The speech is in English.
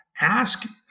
ask